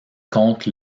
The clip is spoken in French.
contre